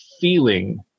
feeling